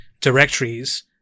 directories